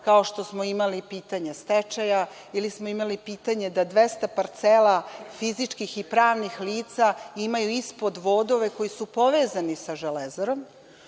kao što smo imali pitanje stečaja ili smo imali pitanje da 200 parcela fizičkih i pravnih lica imaju ispod vodove koji su povezani sa „Železarom“,